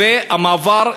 ובמעבר אל-ג'למה,